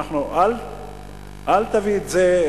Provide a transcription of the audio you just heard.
אל תביא את זה,